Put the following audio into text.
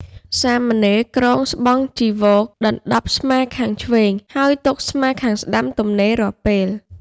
សាមណេរគ្រងស្បង់ចីវរដណ្តប់ស្មាខាងឆ្វេង ហើយទុកស្មាខាងស្តាំទំនេររាល់ពេល។